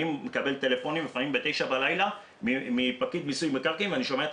אני מקבל טלפונים לפעמים ב-21:00 בלילה מפקיד מיסוי מקרקעין ואני שומע את